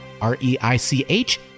r-e-i-c-h